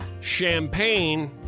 Champagne